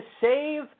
save